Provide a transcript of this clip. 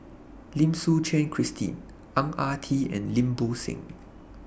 Lim Suchen Christine Ang Ah Tee and Lim Bo Seng